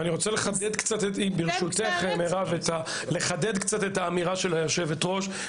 אני רוצה לחדד קצת ברשותך את האמירה של יושבת הראש.